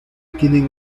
tienen